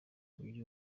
mugi